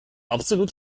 absolut